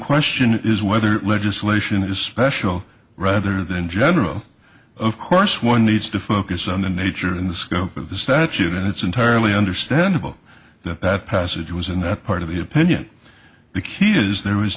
question is whether legislation is special rather than general of course one needs to focus on the nature and scope of the statute and it's entirely understandable that that passage was in that part of the opinion the key is there is